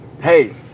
hey